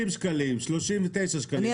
60 שקלים, 39 שקלים.